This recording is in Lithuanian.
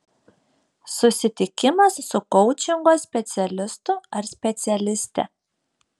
susitikimas su koučingo specialistu ar specialiste